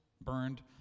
burned